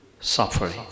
suffering